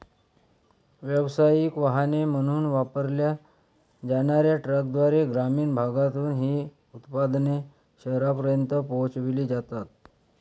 व्यावसायिक वाहने म्हणून वापरल्या जाणार्या ट्रकद्वारे ग्रामीण भागातून ही उत्पादने शहरांपर्यंत पोहोचविली जातात